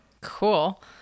Cool